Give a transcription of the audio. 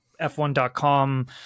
F1.com